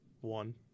One